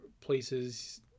places